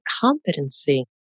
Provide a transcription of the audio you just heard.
competency